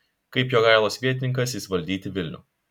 kaip jogailos vietininkas jis valdyti vilnių